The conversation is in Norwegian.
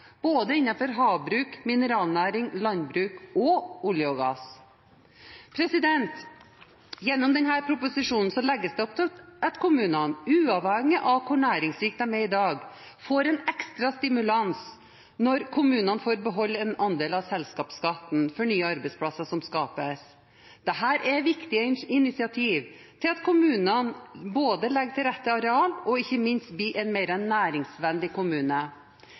både innen havbruk, mineralnæring, landbruk og olje og gass. Gjennom denne proposisjonen legges det opp til at kommunene – uavhengig av hvor næringsrike de er i dag – får en ekstra stimulans når kommunene får beholde en andel av selskapsskatten for nye arbeidsplasser som skapes. Dette er viktige initiativ til at kommunene både legger til rette areal og ikke minst blir mer